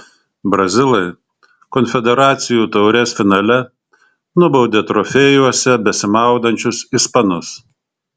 brazilai konfederacijų taurės finale nubaudė trofėjuose besimaudančius ispanus